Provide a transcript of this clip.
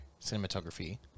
cinematography